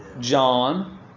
John